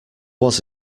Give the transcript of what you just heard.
was